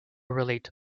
relate